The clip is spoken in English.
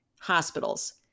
hospitals